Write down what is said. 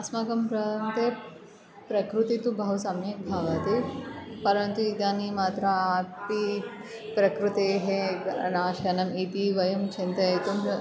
अस्माकं प्रान्ते प्रकृति तु बहु सम्यग्भवति परन्तु इदानीमत्रापि प्रकृतेः नाशनम् इति वयं चिन्तयितुं